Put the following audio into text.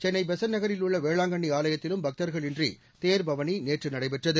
seconds Chennai Besant நகரில் உள்ள வேளாங்கண்ணி ஆலயத்திலும் பக்தர்கள் இன்றி தேர் பவனி நேற்று நடைபெற்றது